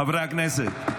חברי הכנסת,